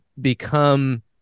become